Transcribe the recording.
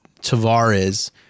Tavares